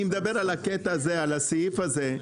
אני מדבר על הקטע הזה, על הסעיף הזה.